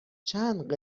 چند